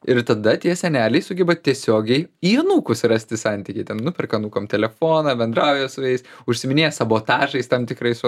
ir tada tie seneliai sugeba tiesiogiai į anūkus rasti santykį ten nuperka anūkam telefoną bendrauja su jais užsiiminėja sabotažais tam tikrais su